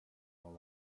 all